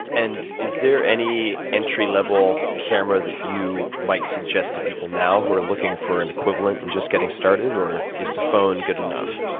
and is there any entry-level camera that you might suggest to people now who are looking for an equivalent and just getting started? or is the phone good enough?